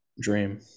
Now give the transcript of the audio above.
dream